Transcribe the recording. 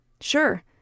Sure